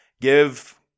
give